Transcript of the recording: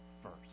first